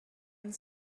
and